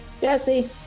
Jesse